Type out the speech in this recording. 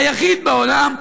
היחיד בעולם,